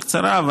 בקצרה,